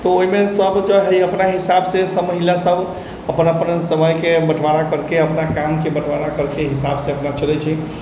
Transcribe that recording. तऽ ओयमे सब जे है अपना हिसाबसँ सब महिला सब अपन अपन समयके बँटवारा करिके अपना कामके बँटवारा करिके हिसाबसँ अपना चलै छै